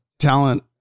talent